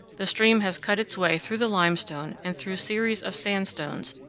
the stream has cut its way through the limestone and through series of sandstones,